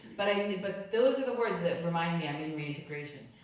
but i mean but those are the words that remind me and in reintegration.